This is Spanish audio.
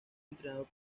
entrenador